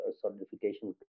solidification